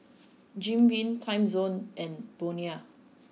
Jim Beam Timezone and Bonia